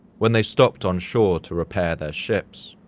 when they stopped on shore to repair their ships.